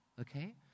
okay